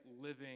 living